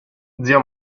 zia